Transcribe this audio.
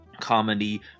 comedy